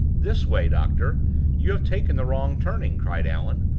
this way, doctor you have taken the wrong turning! cried allan.